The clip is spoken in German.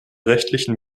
rechtlichen